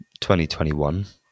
2021